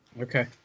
okay